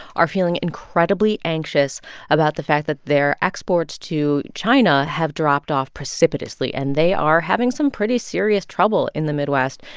are feeling incredibly anxious about the fact that their exports to china have dropped off precipitously. and they are having some pretty serious trouble in the midwest.